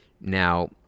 Now